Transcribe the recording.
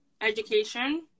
education